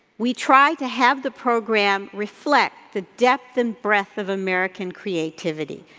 we try to have the program reflect the depth and breath of american creativity.